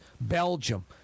Belgium